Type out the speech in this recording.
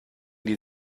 die